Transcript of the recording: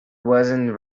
wasn’t